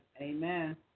Amen